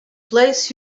placed